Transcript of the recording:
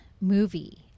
movie